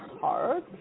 hard